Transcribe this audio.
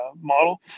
model